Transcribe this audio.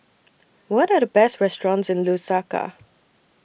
What Are The Best restaurants in Lusaka